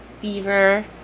fever